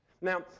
Now